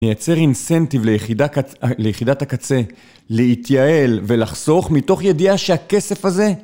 נייצר אינסנטיב ליחידת הקצה, להתייעל ולחסוך מתוך ידיעה שהכסף הזה